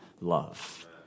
love